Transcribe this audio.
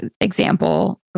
example